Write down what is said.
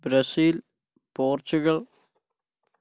Brasil Portugal